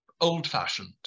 old-fashioned